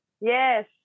yes